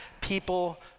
people